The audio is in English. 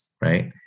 right